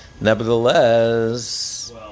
Nevertheless